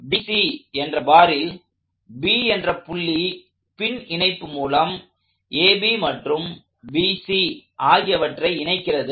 BC என்ற பாரில் B என்ற புள்ளி பின் இணைப்பு மூலம் AB மற்றும் BC ஆகியவற்றை இணைக்கிறது